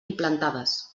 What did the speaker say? implantades